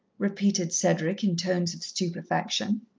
repeated cedric in tones of stupefaction.